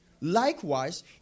Likewise